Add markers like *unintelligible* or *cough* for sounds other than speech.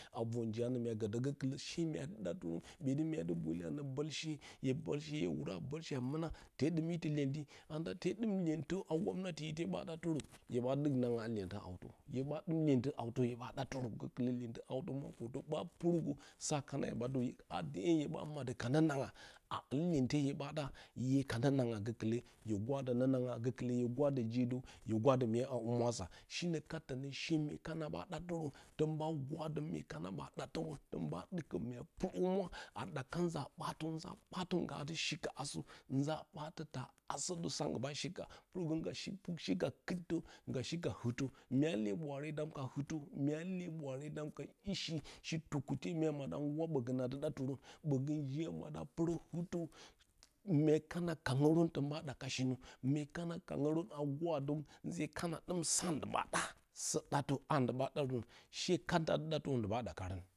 A vor njiyanǝ mya gǝ dǝ gǝkɨlǝ shee mya dɨ bwele a nǝ bǝlshe, hye bǝlshe hye wudǝ a bǝlshe a mɨna tee ɗɨm itɨ lyenti, anda tee ɗɨm lyentǝ a nggwamnati ite hye ɓa ɗatɨrǝ, hye ɓa ɗɨk nanga a lyentɨ hawtǝ hye ɓa ɗɨk nanga a lyentɨ hawtǝ ite hye ɓa ɗatɨrǝ gakɨlǝ lyentɨ hawtǝ mgban kotǝ ɓa pɨrugǝ sa *unintelligible* kana, hye ɓa maɗǝ ka nǝnanga a ɨl lyehte hye ɓa ɗa hye ka nǝnanga gǝkɨlǝ hye gwadǝ nǝnanga a gwadǝ je dǝw hye gwadǝ myee a humwasa, shinǝ kat tǝnǝ hsee mye kana ɓa ɗatɨrǝn tǝn ɓa ɗɨkǝ ya pɨrǝ humwa a ɗaka nzaa ɓaatǝ, nzaa ɓaatǝ nggaa dɨ shika asǝ, nzaa ɓaatǝ taa asǝ dǝ sa nggɨ ɓa shikan pɨrgǝ ngga *unintelligible* shika, ngga shika kɨttɨ, ngga shika hɨrtǝ. Myaa lee ɓwaare dam ka hɨrtǝ. myaa lee ɓwaare dam ka i shi, shi tukutye mya maɗǝ ngguram ɓǝgǝng a dɨ ɗatɨrǝn, ɓǝgǝng je a maɗǝ a pɨrǝ hɨrtǝ, mye kana kangǝrǝn tǝn ɓa ɗaka shinǝ. mye kana kangǝrǝn gwadǝrǝn nze kana ɗɨm sa ndi ɓa ɗa. sǝ ɗatǝ a ndi ɓa ɗarǝn, shee kat nda dɨ ɗatɨrǝn ndi ɓa ɗakarǝn.